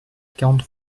quarante